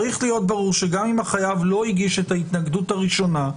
צריך להיות ברור שגם אם החייב לא הגיש את ההתנגדות הראשונה,